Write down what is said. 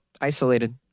isolated